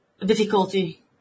difficulty